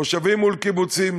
מושבים מול קיבוצים,